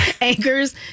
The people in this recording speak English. anchors